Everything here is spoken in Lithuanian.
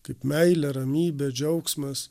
kaip meilė ramybė džiaugsmas